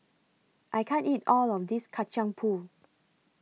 I can't eat All of This Kacang Pool